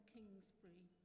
Kingsbury